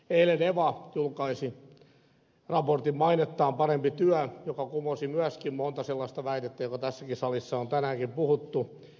eilen eva julkaisi raportin mainettaan parempi työ joka kumosi myöskin monta sellaista väitettä joista tässäkin salissa on tänäänkin puhuttu